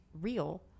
real